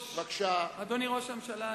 אדוני ראש הממשלה,